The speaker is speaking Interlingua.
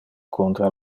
contra